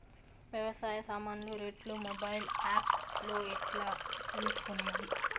వ్యవసాయ సామాన్లు రేట్లు మొబైల్ ఆప్ లో ఎట్లా తెలుసుకునేది?